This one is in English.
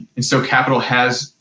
and, so, capital has,